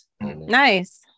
Nice